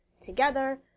together